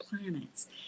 planets